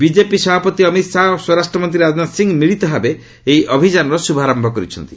BJP ସଭାପତି ଅମିତ୍ ଶାହା ଓ ସ୍ୱରାଷ୍ଟ୍ର ମନ୍ତ୍ରୀ ରାଜନାଥ ସିଂ ମିଳିତଭାବେ ଏହି ଅଭିଯାନର ଶ୍ରଭାରମ୍ଭ କରିଛନ୍ତି